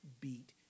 beat